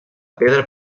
pedra